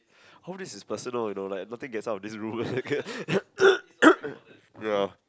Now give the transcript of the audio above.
all this is personal you know like nothing gets out of this room ya